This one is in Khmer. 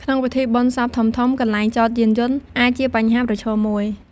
ក្នុងពិធីបុណ្យសពធំៗ កន្លែងចតយានយន្តអាចជាបញ្ហាប្រឈមមួយ។